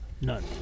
None